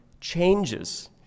changes